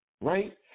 Right